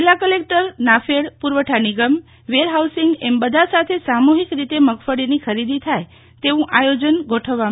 જિલ્લા કલેક્ટર નાફેડ પુરવઠા નિગમ વેર હાઉસિંગ એમ બધા સાથે સામુહિક રીતે મગફળીની ખરીદી થાય તેવું આયોજન ગોઠવ્યું છે